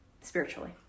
spiritually